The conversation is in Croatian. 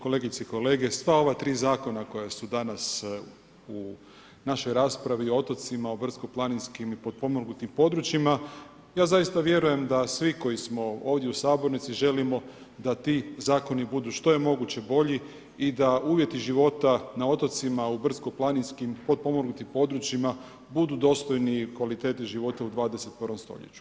Kolegice i kolege, sva ova tri zakona koja su danas u našoj raspravi, o otocima, o brdsko-planinskim i potpomognutim područjima, ja zaista vjerujem da svi koji smo ovdje u sabornici želimo da ti zakoni budu što je moguće bolji i da uvjeti života na otocima, u brdsko-planinskim i potpomognutim područjima budu dostojni kvalitete života u 21. stoljeću.